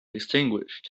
extinguished